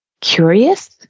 curious